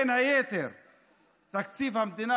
בין היתר בתקציב המדינה,